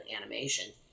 animation